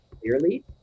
clearly